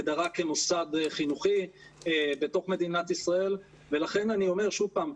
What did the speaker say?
הגדרה כמוסד חינוכי בתוך מדינת ישראל ולכן אני אומר שוב פעם,